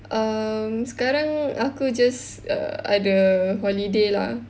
um sekarang aku just ada holiday lah